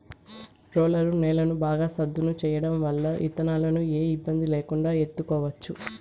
roller నేలను బాగా సదును చేయడం వల్ల ఇత్తనాలను ఏ ఇబ్బంది లేకుండా ఇత్తుకోవచ్చు